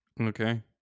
Okay